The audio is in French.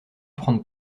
prendre